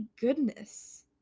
goodness